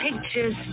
pictures